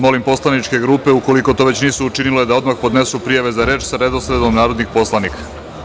Molim poslaničke grupe, ukoliko to već nisu učinile, da odmah podnesu prijave za reč sa redosledom narodnih poslanika.